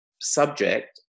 subject